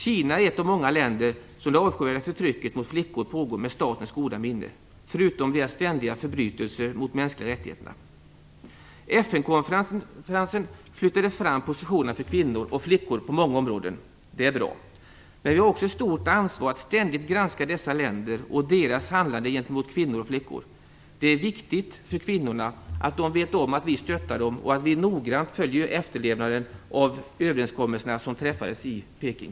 Kina är ett av många länder där det avskyvärda förtrycket mot flickor pågår med statens goda minne, förutom deras ständiga förbrytelser mot de mänskliga rättigheterna. FN-konferensen flyttade fram positionerna för kvinnor och flickor på många områden. Det är bra. Men vi har också ett stort ansvar att ständigt granska dessa länder och deras handlande gentemot kvinnor och flickor. Det är viktigt för kvinnorna att de vet om att vi stöttar dem och att vi noggrant följer efterlevnaden av överenskommelserna som träffades i Peking.